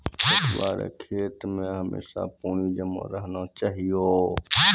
पटुआ रो खेत मे हमेशा पानी जमा रहना चाहिऔ